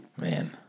Man